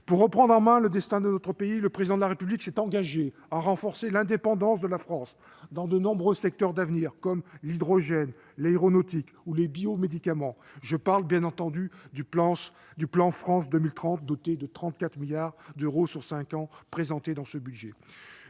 Pour reprendre en main le destin de notre pays, le Président de la République s'est engagé à renforcer l'indépendance de la France dans de nombreux secteurs d'avenir comme l'hydrogène, l'aéronautique ou les biomédicaments. Je parle bien entendu du plan France 2030, doté de 34 milliards d'euros sur cinq ans, inscrits dans le présent